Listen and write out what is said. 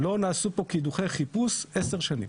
לא נעשו פה קידוחי חיפוש עשר שנים.